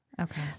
Okay